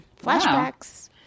Flashbacks